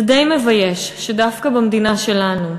זה די מבייש שדווקא במדינה שלנו,